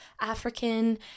African